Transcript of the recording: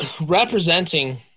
representing